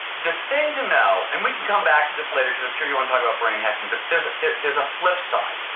the thing to know and we can come back to this later because i'm sure you want to talk about brain hacking. but there's there's a flipside.